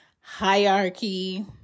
hierarchy